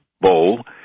bowl